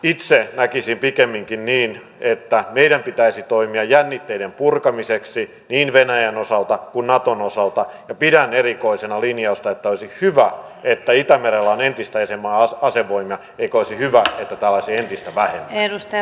itse näkisin pikemminkin niin että meidän pitäisi toimia jännitteiden purkamiseksi niin venäjän kuin naton osalta ja pidän erikoisena linjausta että olisi hyvä että itämerellä on entistä isänmaa asevoimat rikkoisi hyvään vauhtiin pistävä edustaja